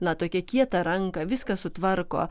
na tokią kietą ranką viską sutvarko